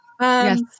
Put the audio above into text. yes